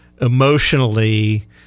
emotionally